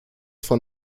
von